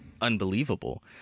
unbelievable